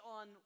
on